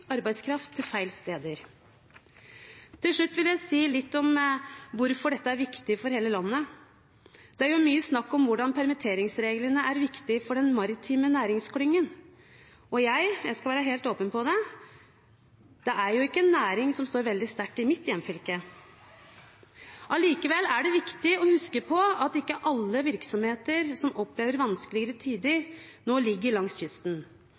arbeidskraft til feil steder. Til slutt vil jeg si litt om hvorfor dette er viktig for hele landet. Det er mye snakk om hvordan permitteringsreglene er viktige for den maritime næringsklyngen, og – jeg skal være helt åpen på det – det er jo ikke en næring som står veldig sterkt i mitt hjemfylke. Allikevel er det viktig å huske på at ikke alle virksomheter som opplever vanskeligere tider nå, ligger langs kysten.